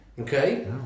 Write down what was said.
Okay